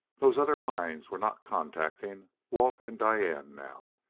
those other minds were not contacting walt and diane now.